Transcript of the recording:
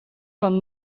van